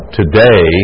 today